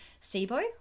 SIBO